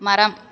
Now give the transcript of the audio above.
மரம்